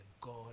God